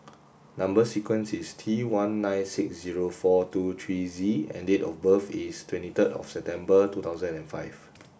number sequence is T one nine six zero four two three Z and date of birth is twenty third of September two thousand and five